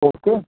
okay